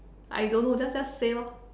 I don't know just just say lor